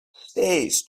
stays